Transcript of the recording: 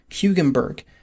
Hugenberg